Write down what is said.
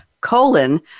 colon